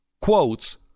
quotes